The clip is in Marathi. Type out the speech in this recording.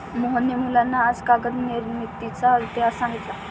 मोहनने मुलांना आज कागद निर्मितीचा इतिहास सांगितला